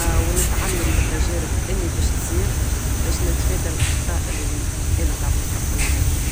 و نتعلم متجارب اللي بش تصير بش نتفادى الاخطاء انا متاع المستقبل اللي عملتهم